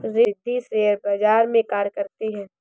Riddhi share बाजार में कार्य करती है